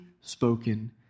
spoken